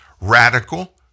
radical